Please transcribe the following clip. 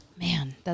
man